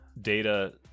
Data